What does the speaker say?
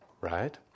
right